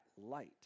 light